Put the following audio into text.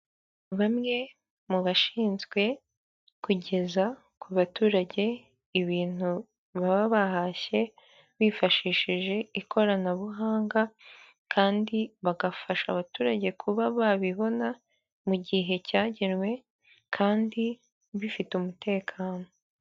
Bamwe mu bashinzwe kugeza ku baturage ibintu baba bahashye bifashishije ikoranabuhanga kandi bagafasha abaturage kuba babibona mu gihe cyagenwe kandi bifite umutekano.